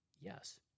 yes